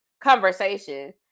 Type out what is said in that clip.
conversation